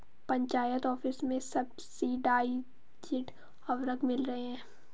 panchayat office में subsidised उर्वरक मिल रहे हैं